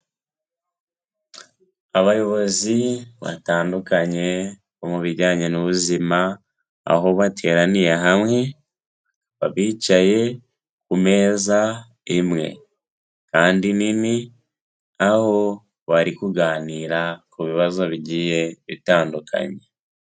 Abayobozi batandukanye bo mu bijyanye n'ubuzima, aho bateraniye hamwe bicaye ku meza imwe kandi nini, aho bari kuganira ku bibazo bigiye bitandukanye.